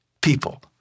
People